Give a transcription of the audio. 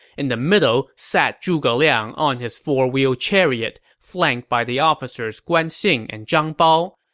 in the middle sat zhuge liang on his four-wheel chariot, flanked by the officers guan xing and zhang bao.